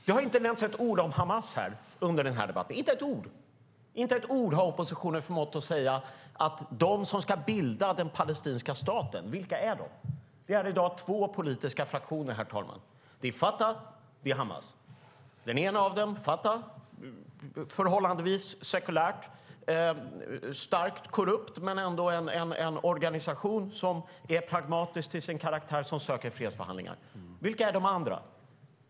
Det har inte nämnts ett ord om Hamas här. Inte ett ord har oppositionen förmått att säga om vilka som ska bilda staten. Vilka är det? Det är i dag två politiska fraktioner, herr talman. Det är Fatah och det är Hamas. Den ena av dem, Fatah, är förhållandevis sekulär. Den är starkt korrupt men ändå en organisation som är pragmatisk till sin karaktär och som söker fredsförhandlingar. Vilka är de andra?